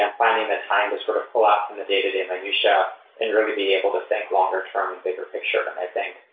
and planning the time to sort of pull up in the day-to-day minutia and really be able to think longer term and bigger picture than i think.